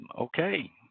okay